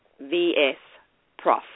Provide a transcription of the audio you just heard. v-s-prof